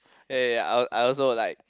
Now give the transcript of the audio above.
ya ya ya I I also like